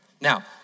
Now